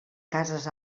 casas